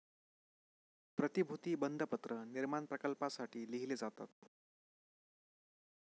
प्रतिभूती बंधपत्र निर्माण प्रकल्पांसाठी लिहिले जातात